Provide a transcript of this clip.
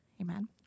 Amen